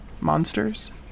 Monsters